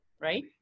Right